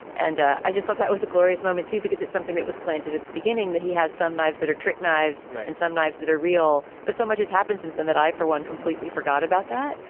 and ah i just thought that was a glorious moment, too, because it's something that was planted at the beginning that he has some knives that are tric knives and some knives that are real. but so much has happened since then that i, for one, completely forgot about that.